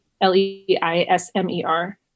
L-E-I-S-M-E-R